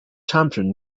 champion